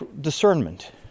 discernment